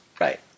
right